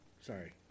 Sorry